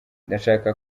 ndashaka